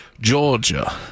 Georgia